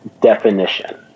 definition